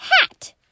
hat